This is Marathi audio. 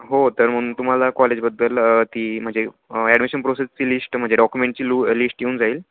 हो तर मग तुम्हाला कॉलेजबद्दल ती म्हणजे ॲडमिशन प्रोसेसची लिश्ट म्हणजे डॉक्युेमेंटची लू लिश्ट येऊन जाईल